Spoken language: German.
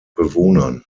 bewohnern